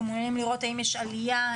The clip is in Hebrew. אנחנו מעוניינים לראות האם יש עלייה,